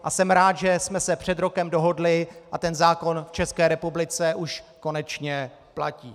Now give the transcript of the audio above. A jsem rád, že jsme se před rokem dohodli a ten zákon v České republice už konečně platí.